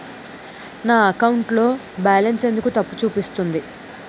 నా అకౌంట్ లో బాలన్స్ ఎందుకు తప్పు చూపిస్తుంది?